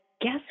guess